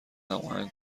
هماهنگ